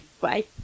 Bye